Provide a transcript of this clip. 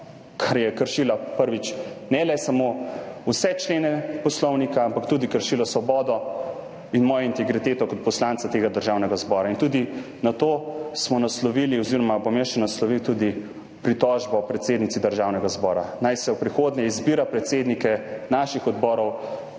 čimer je kršila, prvič, ne le samo vse člene poslovnika, ampak tudi svobodo in mojo integriteto kot poslanca Državnega zbora. Tudi na to smo naslovili oziroma bom še naslovil pritožbo predsednici Državnega zbora. Naj se v prihodnje izbira predsednike naših odborov